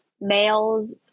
males